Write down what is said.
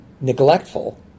neglectful